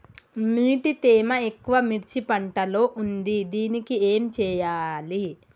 నీటి తేమ ఎక్కువ మిర్చి పంట లో ఉంది దీనికి ఏం చేయాలి?